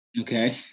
Okay